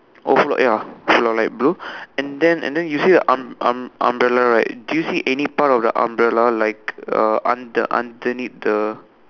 old floor ya floor light blue and then and then you see the um~ um~ umbrella right do you see any part of the umbrella like uh under~ underneath the